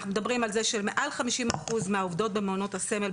אנחנו מדברים על זה שמעל 50 אחוז מהעובדות במעונות הסמל,